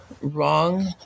wrong